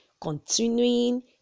continuing